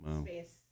space